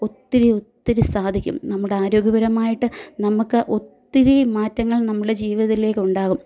ഒത്തിരി ഒത്തിരി സാധിക്കും നമ്മുടെ ആരോഗ്യപരമായിട്ട് നമുക്ക് ഒത്തിരി മാറ്റങ്ങൾ നമ്മുടെ ജീവിതത്തിലേക്കുണ്ടാകും